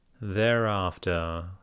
Thereafter